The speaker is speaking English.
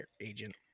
agent